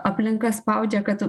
aplinka spaudžia kad